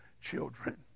children